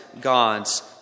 God's